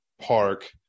Park